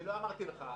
אני לא אמרתי לך.